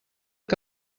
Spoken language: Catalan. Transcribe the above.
que